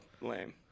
lame